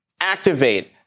activate